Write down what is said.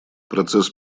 процесс